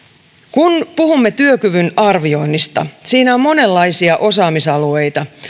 kun puhumme työkyvyn arvioinnista siinä on monenlaisia osaamisalueita